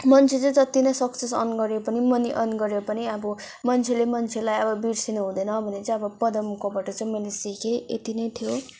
मान्छे चाहिँ जति नै सक्सेस अर्न गरेपनि मनी अर्न गरे पनि अब मान्छेले मान्छेलाई अब बिर्सिनु हुँदैन भन्ने चाहिँ मैले अब पदमकोबाट चाहिँ मैले सिकेँ यति नै थियो